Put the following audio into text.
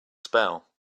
spell